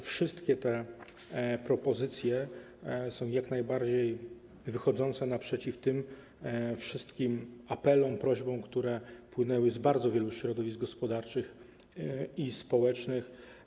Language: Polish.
Wszystkie te propozycje jak najbardziej wychodzą naprzeciw wszystkim apelom, prośbom, które płynęły z bardzo wielu środowisk gospodarczych i społecznych.